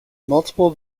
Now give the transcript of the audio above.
multiple